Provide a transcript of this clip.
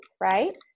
right